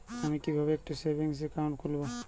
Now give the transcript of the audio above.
আমি কিভাবে একটি সেভিংস অ্যাকাউন্ট খুলব?